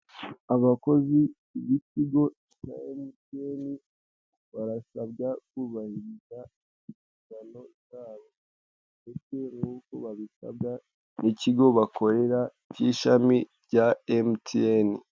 Abakozi b'ikigo cya MTN, barasabwa kubahiriza inshingano zabo ndetse nk'uko babisabwa n'ikigo bakorera cy'ishami rya MTN.